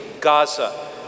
Gaza